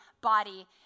body